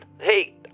hey